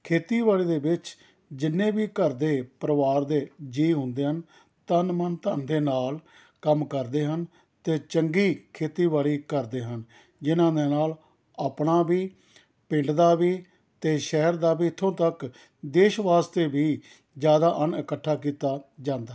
ਖੇਤੀਬਾੜੀ ਦੇ ਵਿੱਚ ਜਿੰਨੇ ਵੀ ਘਰ ਦੇ ਪਰਿਵਾਰ ਦੇ ਜੀਅ ਹੁੰਦੇ ਹਨ ਤਨ ਮਨ ਧਨ ਦੇ ਨਾਲ ਕੰਮ ਕਰਦੇ ਹਨ ਅਤੇ ਚੰਗੀ ਖੇਤੀਬਾੜੀ ਕਰਦੇ ਹਨ ਜਿਨ੍ਹਾਂ ਦੇ ਨਾਲ ਆਪਣਾ ਵੀ ਪਿੰਡ ਦਾ ਵੀ ਅਤੇ ਸ਼ਹਿਰ ਦਾ ਵੀ ਇੱਥੋਂ ਤੱਕ ਦੇਸ਼ ਵਾਸਤੇ ਵੀ ਜ਼ਿਆਦਾ ਅੰਨ ਇਕੱਠਾ ਕੀਤਾ ਜਾਂਦਾ ਹੈ